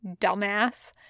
dumbass